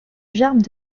germes